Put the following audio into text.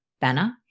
banner